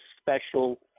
special